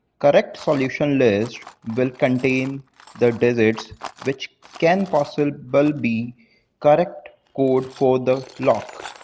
correct solution list will contain the digits which can possible but be correct code for the lock,